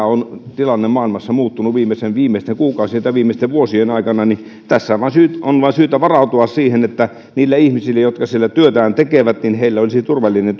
on tilanne maailmassa muuttunut viimeisten kuukausien tai viimeisten vuosien aikana niin tässä on vain syytä varautua siihen että niillä ihmisillä jotka siellä työtään tekevät olisi turvallinen